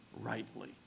rightly